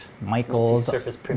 Michael's